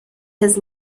his